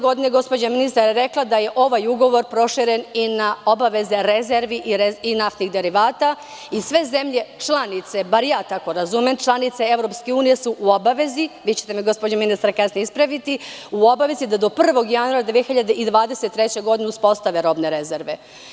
Godine 2012. gospođa ministar je rekla da je ovaj ugovor proširen i na obaveze rezervi i naftnih derivata i sve zemlje članice, bar ja tako razumem, članice EU su u obavezi, a vi ćete me gospođo ministar kasnije ispraviti, u obavezi da do 1. januara 2023. godine uspostave robne rezerve.